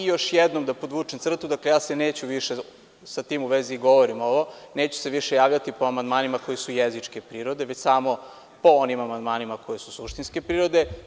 Još jednom da podvučem crtu, dakle, ja se neću više, s tim u vezi govorim ovo, javljati po amandmanima koji su jezičke prirode, već samo po onim amandmanima koji su suštinske prirode.